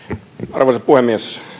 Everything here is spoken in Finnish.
arvoisa puhemies